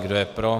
Kdo je pro?